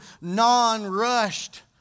non-rushed